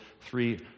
three